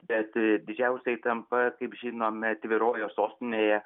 bet didžiausia įtampa kaip žinome tvyrojo sostinėje